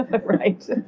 Right